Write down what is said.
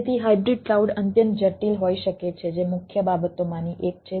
તેથી hybrid cloud અત્યંત જટિલ હોઇ શકે છે જે મુખ્ય બાબતોમાંની એક છે